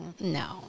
no